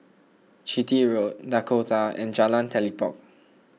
Chitty Road Dakota and Jalan Telipok